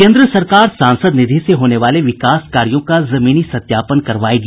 केन्द्र सरकार सांसद निधि से होने वाले विकास कार्यों का जमीनी सत्यापन करवायेगी